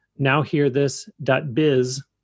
nowhearthis.biz